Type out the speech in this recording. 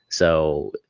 so.